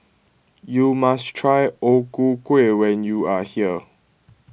you must try O Ku Kueh when you are here